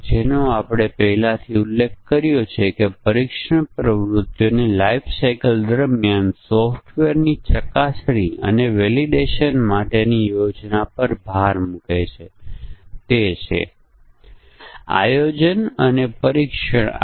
માની લો આપણી ફ્લાઇટની નીતિ એવી છે કે જો ફ્લાઇટ અડધાથી વધુ ભરેલી હોય ફ્લાઇટ અડધાથી વધુ ભરેલી હોય અને ટિકિટનો ખર્ચ 3000 કરતા વધારે હોય અને જો તે ઘરેલું ફ્લાઇટ ન હોય તો મફત ભોજન પીરસાય છે